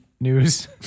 news